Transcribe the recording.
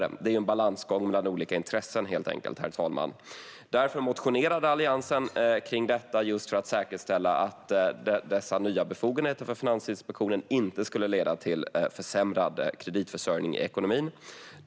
Det är helt enkelt en balansgång mellan olika intressen, herr talman. Alliansen har därför motionerat om detta - för att säkerställa att dessa nya befogenheter för Finansinspektionen inte leder till försämrad kreditförsörjning i ekonomin.